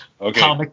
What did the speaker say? okay